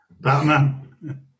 Batman